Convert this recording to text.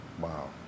Wow